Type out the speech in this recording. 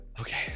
Okay